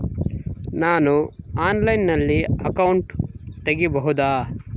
ನಾನು ಆನ್ಲೈನಲ್ಲಿ ಅಕೌಂಟ್ ತೆಗಿಬಹುದಾ?